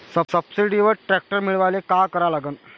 सबसिडीवर ट्रॅक्टर मिळवायले का करा लागन?